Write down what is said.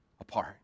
apart